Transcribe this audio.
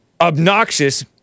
obnoxious